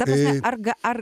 ta prasme ar ga ar